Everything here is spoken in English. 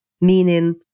meaning